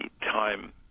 time